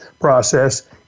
process